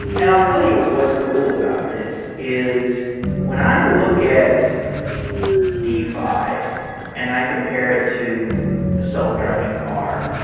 and i'll tell you what's cool about this, is when i look at defi and i compare it to the self driving car.